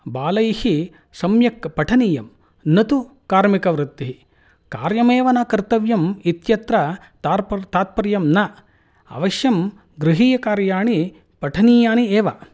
बालैः सम्यक् पठनीयं न तु कार्मिकवृत्तिः कार्यम् एव न कर्तव्यम् इत्यत्र तात्पर्यं न अवश्यं गृहीयकार्याणि पठनीयानि एव